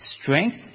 strength